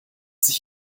sich